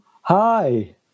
Hi